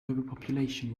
overpopulation